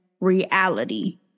reality